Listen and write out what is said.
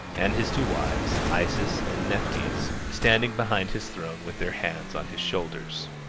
and his two wives, isis and nephthys, standing behind his throne with their hands on his shoulders.